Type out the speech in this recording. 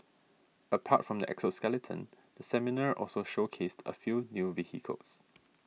apart from the exoskeleton the seminar also showcased a few new vehicles